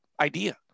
idea